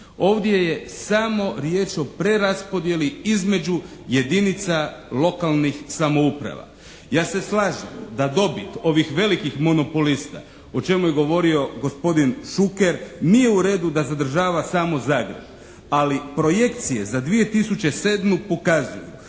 Ovdje je samo riječ o preraspodjeli između jedinica lokalnih samouprava. Ja se slažem da dobit ovih velikih monopolista o čemu je govorio gospodin Šuker nije u redu da zadržava samo Zagreb, ali projekcije za 2007. pokazuju